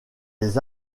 les